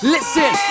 Listen